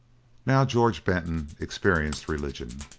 now george benton experienced religion.